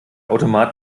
automat